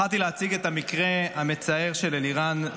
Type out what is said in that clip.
בחרתי להציג את המקרה המצער של אלירן,